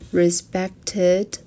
respected